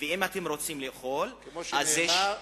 ואם אתם רוצים לאכול" כמו שנאמר,